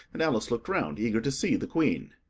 and alice looked round, eager to see the queen.